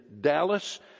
Dallas